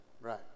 Right